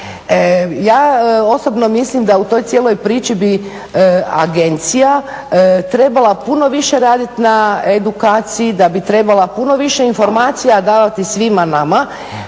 Ja osobno mislim da u toj cijeloj priči bi agencija trebala puno više raditi na edukaciji, da bi trebala puno više informacija davati svima nama